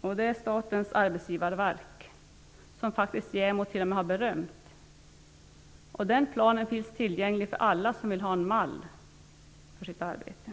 bl.a. Statens arbetsgivarverk, som JämO t.o.m. har berömt. Den planen finns tillgänglig för alla som vill ha en mall för sitt arbete.